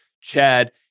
Chad